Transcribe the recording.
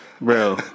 Bro